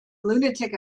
lunatic